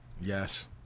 Yes